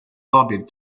lobbied